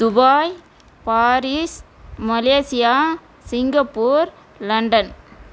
Dubai Paris Malaysia Singapore London